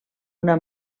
una